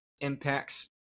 impacts